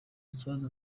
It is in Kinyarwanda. kibazo